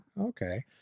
okay